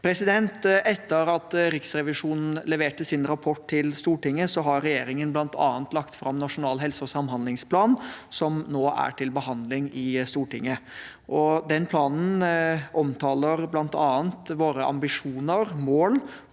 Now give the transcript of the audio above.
Etter at Riksrevisjonen leverte sin rapport til Stortinget, har regjeringen bl.a. lagt fram Nasjonal helse- og samhandlingsplan, som nå er til behandling i Stortinget. Den planen omtaler bl.a. våre ambisjoner og mål